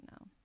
no